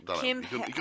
Kim